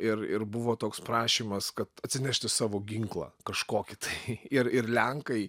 ir ir buvo toks prašymas kad atsinešti savo ginklą kažkokį tai ir ir lenkai